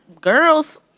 girls